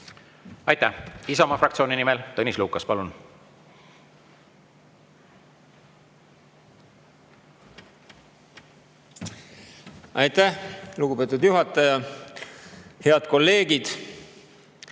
Aitäh! Isamaa fraktsiooni nimel Tõnis Lukas, palun! Aitäh, lugupeetud juhataja! Head kolleegid!